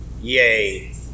Yay